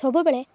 ସବୁବେଳେ